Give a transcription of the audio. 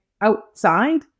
outside